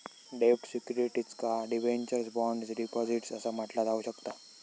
डेब्ट सिक्युरिटीजका debentures, bonds, deposits असा म्हटला जाऊ शकता